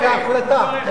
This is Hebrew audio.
כהחלטה.